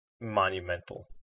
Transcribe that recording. monumental